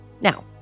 Now